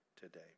today